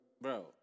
Bro